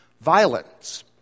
violence